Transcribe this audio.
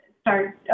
start